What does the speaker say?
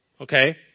Okay